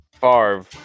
Favre